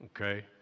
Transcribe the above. okay